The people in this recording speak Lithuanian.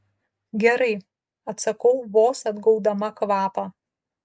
gerai atsakau vos atgaudama kvapą